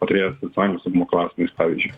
patarėjas nacionalinio saugumo klausimais pavyzdžiui